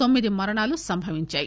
తొమ్మిది మరణాలు సంభవించాయి